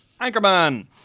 Anchorman